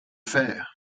faire